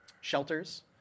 shelters